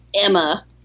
Emma